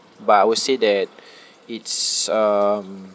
but I would say that it's um